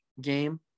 game